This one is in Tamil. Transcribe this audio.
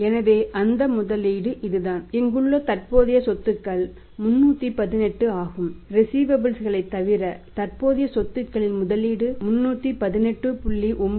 எனவே அந்த முதலீடு இதுதான் இங்குள்ள தற்போதைய சொத்துகள் 318 ஆகும் ரிஸீவபல்ஸ் களைத் தவிர தற்போதைய சொத்துகளில் முதலீடு 318